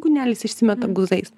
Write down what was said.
kūnelis išsimeta guzais